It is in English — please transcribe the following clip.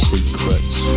Secrets